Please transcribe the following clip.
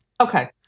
Okay